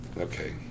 Okay